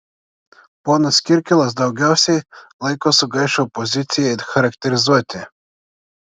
ponas kirkilas daugiausiai laiko sugaišo opozicijai charakterizuoti